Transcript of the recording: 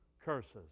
curses